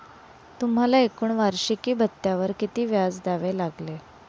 तुम्हाला एकूण वार्षिकी भत्त्यावर किती व्याज द्यावे लागले